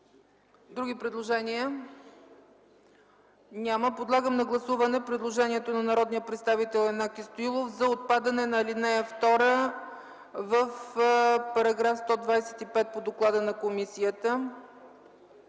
Други предложения? Няма. Подлагам на гласуване предложението на народния представител Янаки Стоилов за отпадане на ал. 2 в § 125 по доклада на комисията